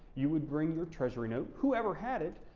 you would bring your treasury note, whoever had it,